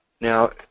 Now